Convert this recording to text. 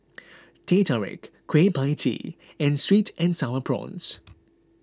Teh Tarik Kueh Pie Tee and Sweet and Sour Prawns